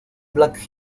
black